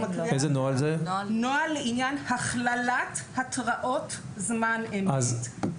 ואני מקריאה: נוהל לעניין הכללת התראות זמן אמת.